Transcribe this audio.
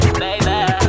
baby